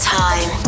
time